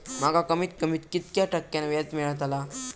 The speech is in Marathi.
माका कमीत कमी कितक्या टक्क्यान व्याज मेलतला?